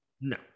No